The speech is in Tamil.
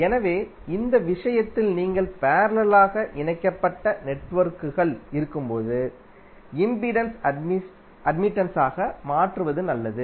எனவே இந்த விஷயத்தில் நீங்கள் பேரலலாக இணைக்கப்பட்ட நெட்வொர்க்குகள் இருக்கும்போது இம்பிடன்ஸை அட்மிடன்ஸாக மாற்றுவது நல்லது